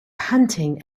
panting